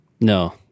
No